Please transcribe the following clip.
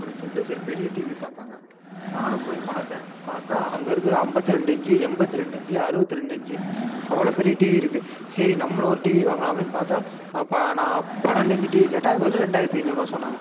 அப்புடின்னு சொல்லிட்டு சரி பெரிய டிவி பாத்தேங்க நானும் போய் பார்த்தேன் பார்த்தா அங்கே இருக்குது ஐம்பத்தி ரெண்டு இன்ச்சி எண்பத்ரெண்டு இன்ச்சி அறுபத்ரெண்டு இன்ச்சி அவ்வளோ பெரிய டிவி இருக்குது சரி நம்மளும் ஒரு டிவி வாங்கலாமேன்னு பார்த்தா நான் பன்னெண்டு இன்ச்சி டிவி கேட்டால் வெறும் ரெண்டாயிரத்தி ஐநூறுபா சொன்னாங்க